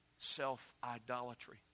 self-idolatry